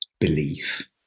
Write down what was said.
belief